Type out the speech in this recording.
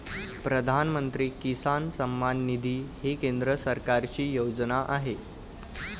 प्रधानमंत्री किसान सन्मान निधी ही केंद्र सरकारची योजना आहे